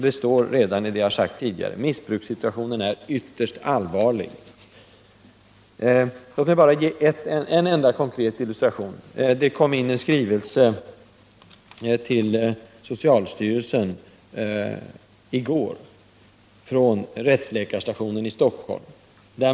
Det står redan i det jag tidigare sagt: Missbrukssituationen är ytterst allvarlig. Låt mig ge en enda illustration. Det kom i går in en skrivelse till socialstyrelsen från rättsläkarstationen i Stockholm.